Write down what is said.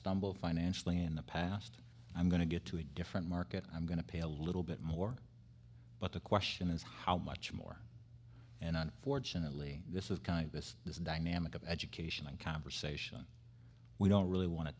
stumbled financially in the past i'm going to get to a different market i'm going to pay a little bit more but the question is how much more and unfortunately this is kind of this this dynamic of education and conversation we don't really want to